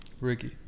Ricky